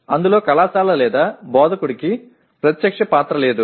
అందులో కళాశాల లేదా బోధకుడికి ప్రత్యక్ష పాత్ర లేదు